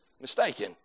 mistaken